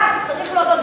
אבל צריך להודות,